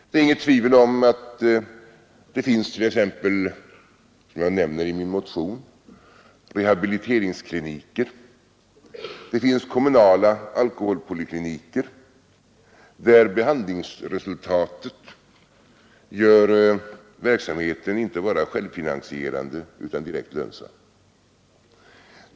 Det är inget tvivel om att det — som jag nämner i min motion — t.ex. finns rehabiliteringskliniker och kommunala alkoholpolikliniker, där behandlingsresultatet gör verksamheten inte bara självfinansierande utan direkt lönsam.